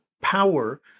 power